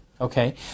okay